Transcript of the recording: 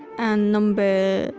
and number.